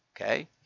okay